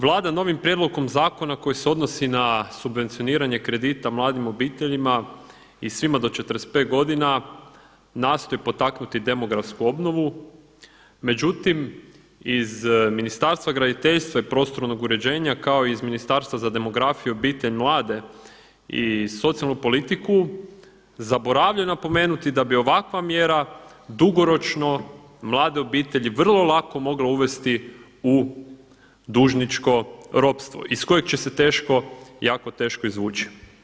Vlada novim prijedlogom zakona koji se odnosi na subvencioniranje kredita mladim obiteljima i svima do 45 godina nastoji potaknuti demografsku obnovu, međutim iz Ministarstva graditeljstva i prostornog uređenja, kao i iz Ministarstva za demografiju, obitelj i mlade i socijalnu politiku zaboravljaju napomenuti da bi ovakva mjera dugoročno mlade obitelji vrlo lako mogla uvesti u dužničko ropstvo iz kojeg će se jako teško izvući.